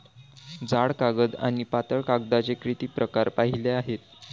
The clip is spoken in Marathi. जाड कागद आणि पातळ कागदाचे किती प्रकार पाहिले आहेत?